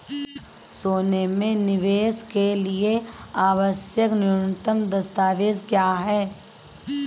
सोने में निवेश के लिए आवश्यक न्यूनतम दस्तावेज़ क्या हैं?